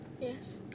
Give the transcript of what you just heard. yes